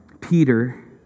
Peter